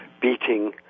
beating